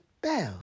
bell